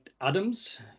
Adams